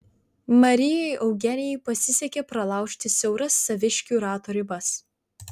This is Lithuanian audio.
marijai eugenijai pasisekė pralaužti siauras saviškių rato ribas